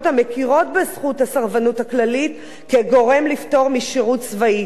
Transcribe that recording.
המכירות בזכות הסרבנות הכללית כגורם לפטור משירות צבאי,